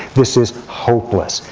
this is hopeless.